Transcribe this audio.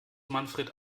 manfred